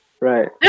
Right